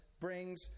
brings